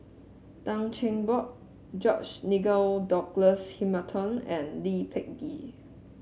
Tan Cheng Bock George Nigel Douglas Hamilton and Lee Peh Gee